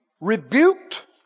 rebuked